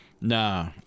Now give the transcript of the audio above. Nah